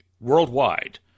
worldwide